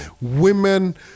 Women